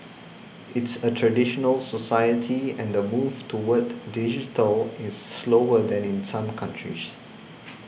it's a traditional society and the move toward digital is slower than in some countries